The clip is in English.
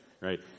right